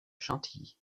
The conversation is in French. chantilly